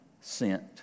sent